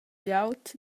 glieud